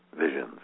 visions